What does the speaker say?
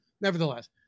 Nevertheless